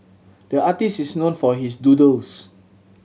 the artist is known for his doodles